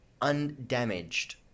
undamaged